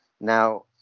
now